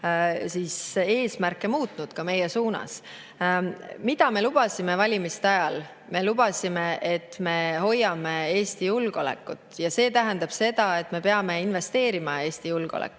oma eesmärke muutnud ka meie suhtes. Mida me lubasime valimiste ajal? Me lubasime, et me hoiame Eesti julgeolekut. See tähendab seda, et me peame investeerima Eesti julgeolekusse.